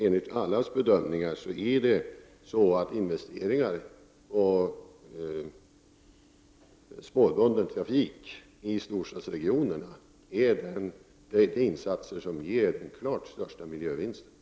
Enligt allas bedömning är investeringar i spårbunden trafik i storstadsregionerna den insats som ger de klart största miljövinsterna.